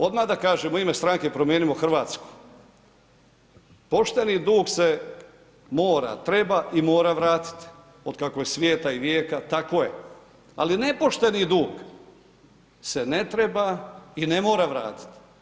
Odmah da kažem u ime Stranke promijenimo Hrvatsku, pošteni dug se mora, treba i mora vratiti od kako je svijeta i vijeka tako je, ali nepošteni dug se ne treba i ne mora vratit.